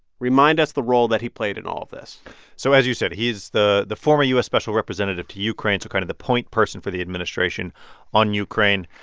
remind us the role that he played in all of this so as you said, he's the the former u s. special representative to ukraine, so kind of the point person for the administration on ukraine.